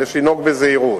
ויש לנהוג בזהירות.